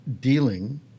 dealing